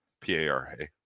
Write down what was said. P-A-R-A